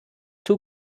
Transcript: too